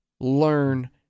learn